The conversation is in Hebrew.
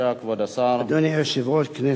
כבוד השר, בבקשה.